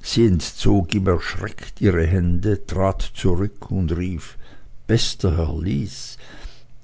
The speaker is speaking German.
sie entzog ihm erschreckt die hände trat zurück und rief bester herr lys